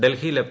ഡൽഹി ലഫ്